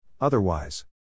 Otherwise